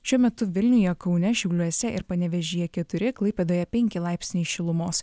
šiuo metu vilniuje kaune šiauliuose ir panevėžyje keturi klaipėdoje penki laipsniai šilumos